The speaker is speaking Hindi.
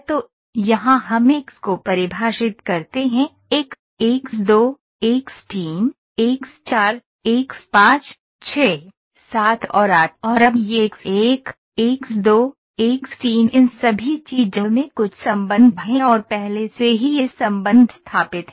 तो यहां हम एक्स को परिभाषित करते हैं1 एक्स2 एक्स3 एक्स4 एक्स5 6 7 और 8 और अब यह एक्स1 एक्स2 एक्स3इन सभी चीजों में कुछ संबंध हैं और पहले से ही यह संबंध स्थापित है